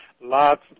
lots